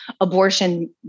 abortion